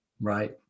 Right